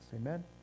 Amen